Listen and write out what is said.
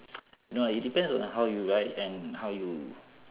no lah it depends on how you ride and how you